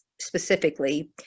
specifically